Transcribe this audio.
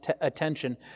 attention